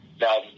Now